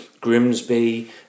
Grimsby